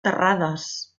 terrades